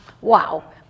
Wow